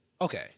Okay